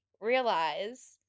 realize